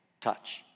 touch